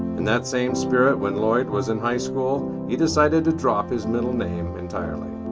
in that same spirit when lloyd was in high school he decided to drop his middle name entirely.